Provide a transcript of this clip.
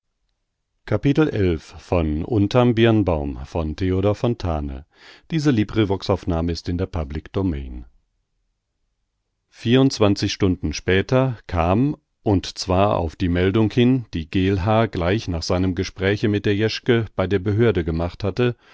vierundzwanzig stunden später kam und zwar auf die meldung hin die geelhaar gleich nach seinem gespräche mit der jeschke bei der behörde gemacht hatte